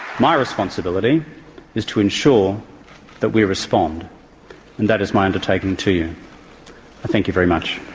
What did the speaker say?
my responsibility is to ensure that we respond, and that is my undertaking to thank you very much.